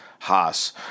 Haas